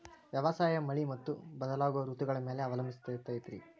ವ್ಯವಸಾಯ ಮಳಿ ಮತ್ತು ಬದಲಾಗೋ ಋತುಗಳ ಮ್ಯಾಲೆ ಅವಲಂಬಿಸೈತ್ರಿ